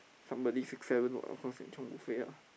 somebody six seven what of course can chiong buffet ah